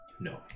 No